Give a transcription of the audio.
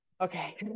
okay